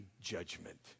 judgment